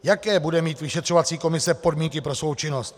Jaké bude mít vyšetřovací komise podmínky pro svou činnost?